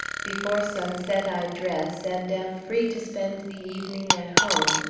before sunset i dress, and am free to spend the evening at home,